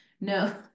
No